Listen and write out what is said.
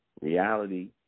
reality